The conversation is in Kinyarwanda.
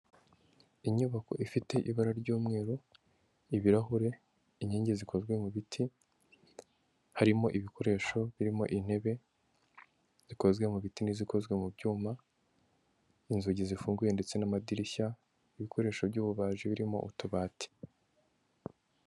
Inyubako ifite ibara ry'umweru, ibirahure, inkingi zikozwe mu biti, harimo ibikoresho birimo intebe, zikozwe mu biti n'izikozwe mu byuma, inzugi zifunguye ndetse n'amadirishya, ibikoresho by'ububaji birimo utubati.